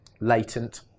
latent